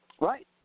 Right